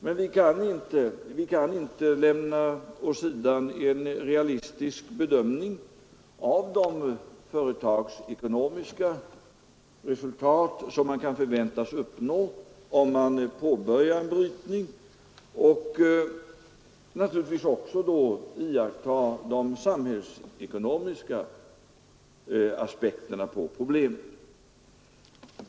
Men vi kan inte lämna åt sidan en realistisk bedömning av de företagsekonomiska resultat som kan förväntas om det påbörjas en brytning, naturligtvis då med iakttagande av de samhällsekonomiska aspekterna på problemen.